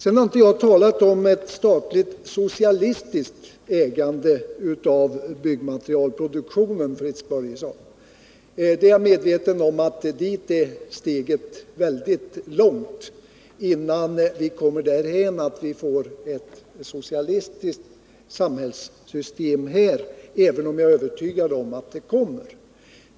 Jag har inte talat om ett statligt socialistiskt ägande av byggmaterialproduktionen, Fritz Börjesson. Jag är medveten om att steget är väldigt långt innan vi kommer därhän att vi får ett socialistiskt samhällssystem här — även om jag är övertygad om att det kommer.